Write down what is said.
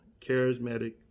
charismatic